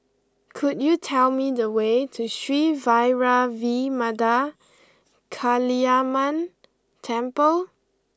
could you tell me the way to Sri Vairavimada Kaliamman Temple